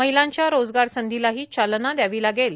महिलांच्या रोजगार संधीलाही चालना दयावी लागेल